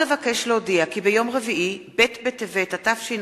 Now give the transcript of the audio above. עוד אבקש להודיע כי ביום רביעי, ב' בטבת התשע"ב,